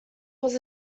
was